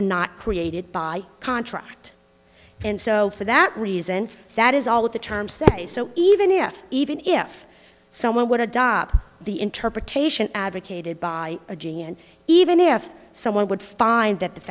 are not created by contract and so for that reason that is all that the terms say so even if even if someone would adopt the interpretation advocated by a ga and even if someone would find that the